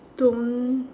don't